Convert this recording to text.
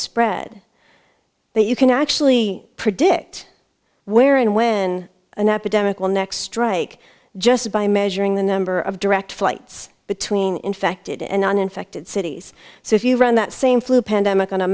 spread that you can actually predict where and when an epidemic will next strike just by measuring the number of direct flights between infected and uninfected cities so if you run that same flu pandemic on a